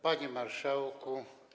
Panie Marszałku!